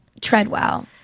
Treadwell